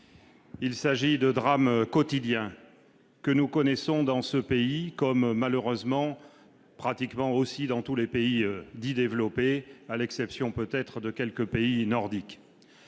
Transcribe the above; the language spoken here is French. il s'agit de drames quotidiens que nous connaissons dans ce pays, comme malheureusement pratiquement aussi dans tous les pays dits développés à l'exception peut-être de quelques pays nordiques,